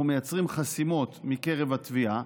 אנחנו מייצרים חסימות מקרב התביעה,